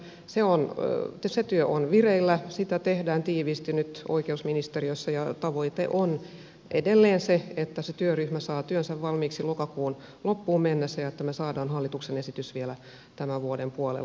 se työ on vireillä sitä tehdään tiiviisti nyt oikeusministeriössä ja tavoite on edelleen se että työryhmä saa työnsä valmiiksi lokakuun loppuun mennessä jotta me saamme hallituksen esityksen vielä tämän vuoden puolella